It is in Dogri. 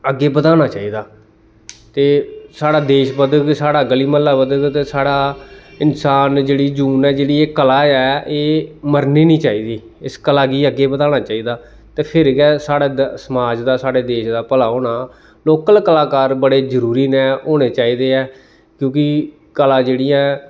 अग्गें बधाना चाहिदा ते साढ़ा देश बधग ते साढ़ा गली म्हल्ला बधग ते साढ़ा इंसान जेह्ड़ी जून ऐ जेह्ड़ी एह् कला ऐ एह् मरनी निं चाहिदी इस कला गी अग्गें बधाना चाहिदा ते फिर गै साढ़ा समाज दा साढ़े देश दा भला होना लोकल कलाकार बड़े जरुरी न होने चाहिदे ऐ क्योंकि कला जेह्ड़ी ऐ